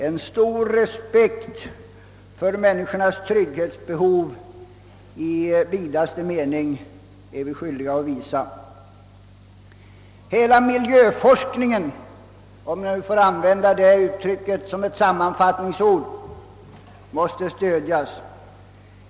En stor respekt för människornas trygghetsbehov i vidaste mening är vi skyldiga att visa. Hela miljöforskningen — om jag får använda detta uttryck som sammanfattningsord — måste stödjas.